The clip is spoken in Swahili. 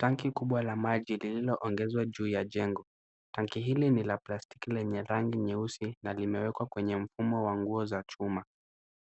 Tanki kubwa la maji lililoongezwa juu ya jengo. Tanki hili ni la plastiki lenye rangi nyeusi na limewekwa kwenye mfumo wa nguo za chuma.